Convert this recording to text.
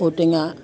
ঔটেঙা